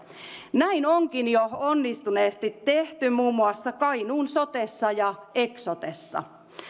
näin onkin onnistuneesti jo tehty muun muassa kainuun sotessa ja eksotessa